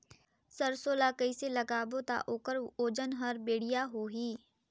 सरसो ला कइसे लगाबो ता ओकर ओजन हर बेडिया होही?